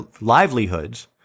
livelihoods